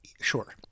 Sure